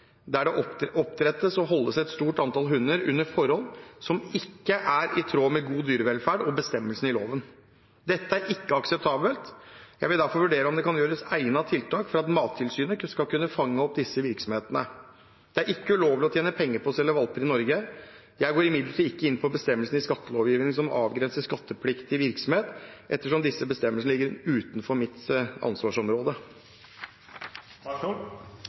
der det oppdrettes og holdes et stort antall hunder under forhold som ikke er i tråd med god dyrevelferd og bestemmelsene i loven. Dette er ikke akseptabelt. Jeg vil derfor vurdere om det kan gjøres egnede tiltak for at Mattilsynet skal kunne fange opp disse virksomhetene. Det er ikke ulovlig å tjene penger på å selge valper i Norge. Jeg går imidlertid ikke inn på bestemmelsene i skattelovgivningen som avgrenser skattepliktig virksomhet, ettersom disse bestemmelsene ligger utenfor mitt ansvarsområde.